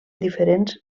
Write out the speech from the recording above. diferents